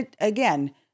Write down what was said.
Again